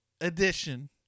edition